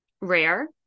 rare